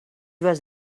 was